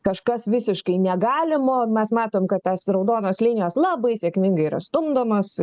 kažkas visiškai negalimo mes matom kad tas raudonos linijos labai sėkmingai yra stumdomos